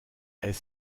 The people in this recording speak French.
est